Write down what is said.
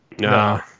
No